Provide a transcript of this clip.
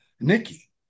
Nikki